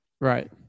Right